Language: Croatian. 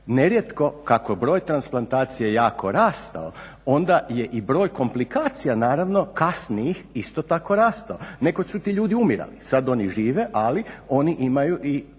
Ne rijetko kako broj transplantacija jako rastao, onda je i broj komplikacija naravno kasnijih isto tako rastao. Nekoć su ti ljudi umirali sad oni žive, ali oni imaju i niz